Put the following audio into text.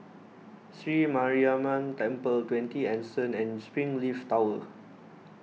Sri Mariamman Temple twenty Anson and Springleaf Tower